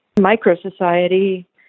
micro-society